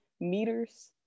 meters